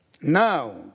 now